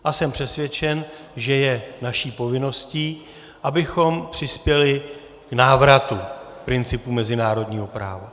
A jsem přesvědčen, že je naší povinností, abychom přispěli k návratu principu mezinárodního práva.